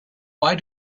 why